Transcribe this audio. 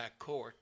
backcourt